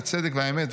הצדק והאמת.